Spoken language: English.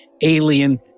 alien